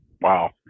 Wow